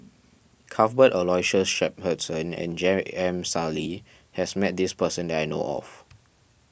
Cuthbert Aloysius Shepherdson and J M Sali has met this person that I know of